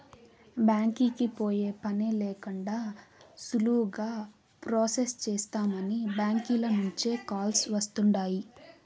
బ్యాంకీకి పోయే పనే లేకండా సులువుగా ప్రొసెస్ చేస్తామని బ్యాంకీల నుంచే కాల్స్ వస్తుండాయ్